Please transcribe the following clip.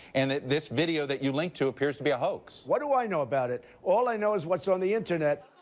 and this video that you link to appears to be a hoax. what do i know about it? all i know is what's on the internet.